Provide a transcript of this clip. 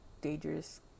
dangerous